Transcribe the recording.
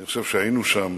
אני חושב שהיינו שם